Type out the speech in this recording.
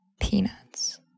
peanuts